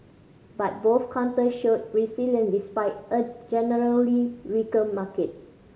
but both counters showed resilience despite a generally weaker market